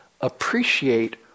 appreciate